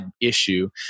issue